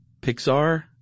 Pixar